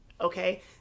okay